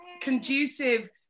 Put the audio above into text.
conducive